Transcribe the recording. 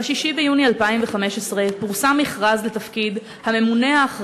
ב-6 ביוני 2015 פורסם מכרז לתפקיד הממונה-האחראי